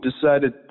decided